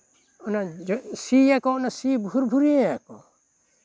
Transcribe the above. ᱚᱱᱟ ᱥᱤ ᱭᱟᱠᱚ ᱚᱱᱟ ᱥᱤ ᱵᱷᱩᱨ ᱵᱷᱩᱨᱭᱟᱹ ᱟᱠᱚ